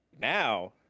Now